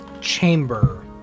chamber